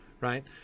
right